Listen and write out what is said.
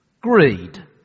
Greed